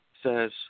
says